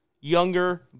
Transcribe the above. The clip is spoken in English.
younger